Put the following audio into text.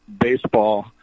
baseball